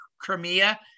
Crimea